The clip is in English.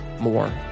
more